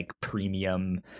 premium